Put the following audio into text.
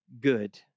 good